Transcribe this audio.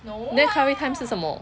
then curry times 是什么